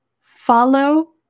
Follow